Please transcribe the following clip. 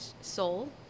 soul